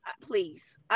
Please